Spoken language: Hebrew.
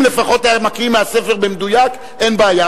אם לפחות היה מקריא מהספר במדויק, אין בעיה.